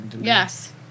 Yes